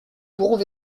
pourrons